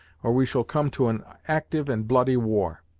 or we shall come to an actyve and bloody war.